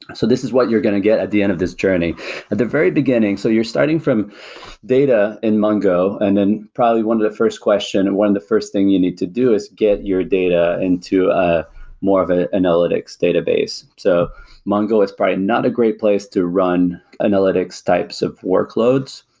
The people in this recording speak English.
but so this is what you're going to get at the end of this journey at the very beginning, so you're starting from data in mongo and then probably one of the first question and one of the first thing you need to do is get your data into a more of an ah analytics database. so mongo is probably not a great place to run analytics types of workloads,